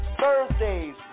Thursdays